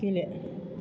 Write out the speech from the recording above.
गेले